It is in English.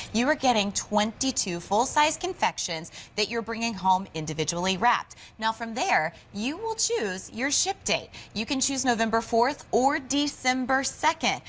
you are getting twenty two full size confections that you are bringing home individually wrapped. now from there you will choose your ship date. you can choose november fourth or december second.